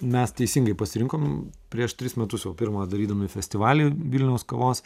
mes teisingai pasirinkom prieš tris metus jau pirmą darydami festivalį vilniaus kavos